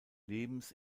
lebens